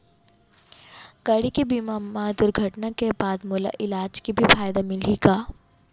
गाड़ी के बीमा मा दुर्घटना के बाद मोला इलाज के भी फायदा मिलही का?